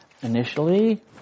initially